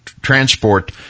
transport